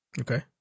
Okay